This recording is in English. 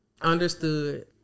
understood